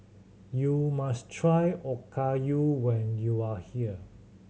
you must try Okayu when you are here